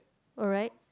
alright